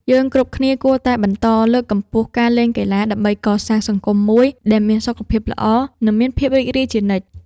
យើងគ្រប់គ្នាគួរតែបន្តលើកកម្ពស់ការលេងកីឡាដើម្បីកសាងសង្គមមួយដែលមានសុខភាពល្អ និងមានភាពរីករាយជានិច្ច។